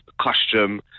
costume